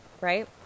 right